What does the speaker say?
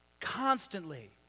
Constantly